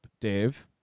Dave